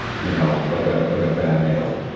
you know, like ah like a bad meal.